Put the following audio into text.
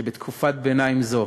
שבתקופת ביניים זו